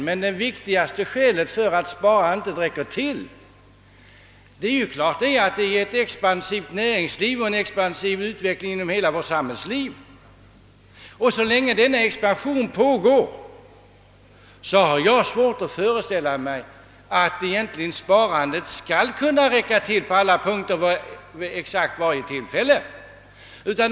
Men det viktigaste skälet till att sparandet inte räcker är givetvis att vi har ett expansivt näringsliv och en expansiv utveckling inom hela samhällslivet. Jag har svårt att föreställa mig att det egentliga sparandet skall kunna räcka till på alla punkter och vid exakt varje tillfälle så länge denna expansion pågår.